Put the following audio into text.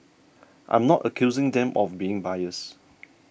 I'm not accusing them of being biased